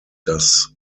das